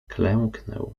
klęknę